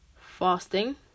fasting